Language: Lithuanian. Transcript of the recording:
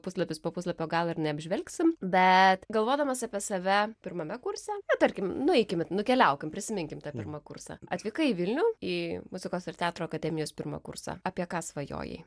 puslapis po puslapio gal ir neapžvelgsim bet galvodamas apie save pirmame kurse tarkim nueikim nukeliaukim prisiminkim tą pirmą kursą atvykai į vilnių į muzikos ir teatro akademijos pirmą kursą apie ką svajojai